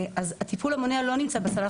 הטיפול המונע לא נמצא בסל.